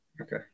okay